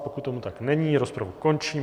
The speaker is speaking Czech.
Pokud tomu tak není, rozpravu končím.